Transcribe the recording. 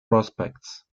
prospects